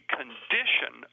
condition